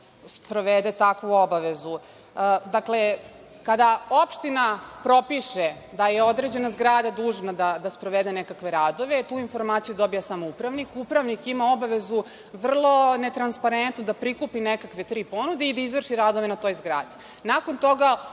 sprovede takvu obavezu. Dakle, kada opština propiše da je određena zgrada dužna da sprovede nekakve radove tu informaciju dobije samo upravnik. Upravnik ima obavezu, vrlo netransparentnu, da prikupi nekakve tri ponude i da izvrši radove na toj zgradi. Nakon toga,